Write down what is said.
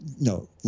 no